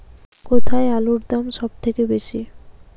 কোথায় আলুর দাম সবথেকে বেশি?